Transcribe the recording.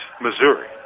Missouri